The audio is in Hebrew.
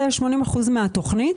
זה 80% מהתוכנית,